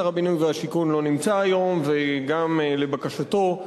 שר הבינוי והשיכון לא נמצא היום, וגם לבקשתו,